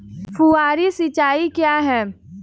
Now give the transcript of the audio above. फुहारी सिंचाई क्या है?